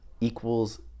equals